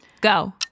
go